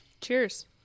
cheers